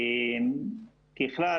ככלל,